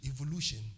evolution